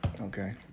okay